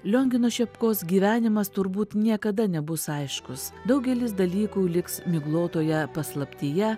liongino šepkos gyvenimas turbūt niekada nebus aiškus daugelis dalykų liks miglotoje paslaptyje